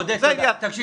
עודד, תקשיב.